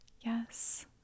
Yes